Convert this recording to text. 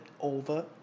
over